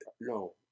no